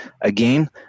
Again